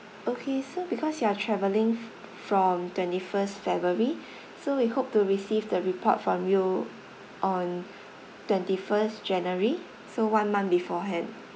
okay so because you are travelling from twenty first february so we hope to receive the report from you on twenty first january so one month beforehand